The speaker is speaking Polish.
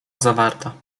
zawarta